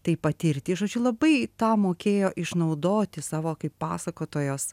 tai patirti žodžiu labai tą mokėjo išnaudoti savo kaip pasakotojos